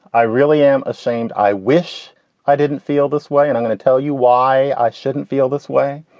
i really am ashamed. i wish i didn't feel this way. and i'm going to tell you why i shouldn't feel this way.